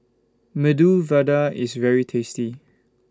Medu Vada IS very tasty